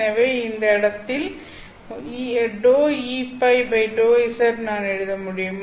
எனவே அந்த இடத்தில் ∂EØ ∂z நான் எழுத முடியும்